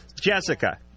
Jessica